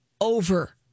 over